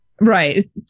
Right